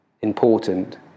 important